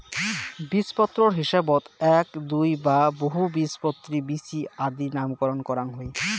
বীজপত্রর হিসাবত এ্যাক, দুই বা বহুবীজপত্রী বীচি আদি নামকরণ করাং হই